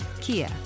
Kia